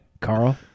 Carl